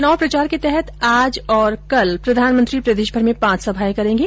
चुनाव प्रचार के तहत आज और कल प्रधानमंत्री प्रदेशभर में पांच सभाएं करेंगे